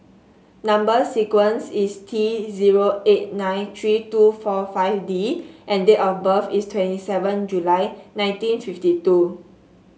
number sequence is T zero eight nine three two four five D and date of birth is twenty seven July nineteen fifty two